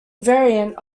variant